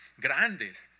Grandes